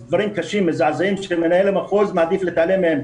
דברים קשים ומזעזעים שמנהל המחוז מעדיף להתעלם מהם.